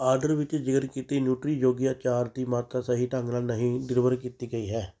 order ਵਿੱਚ ਜ਼ਿਕਰ ਕੀਤੀ ਨੂਟਰੀ ਯੋਗੀ ਅਚਾਰ ਦੀ ਮਾਤਰਾ ਸਹੀ ਢੰਗ ਨਾਲ ਨਹੀਂ ਡਿਲੀਵਰ ਕੀਤੀ ਗਈ ਹੈ